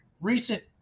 recent